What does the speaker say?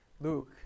luke